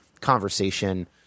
conversation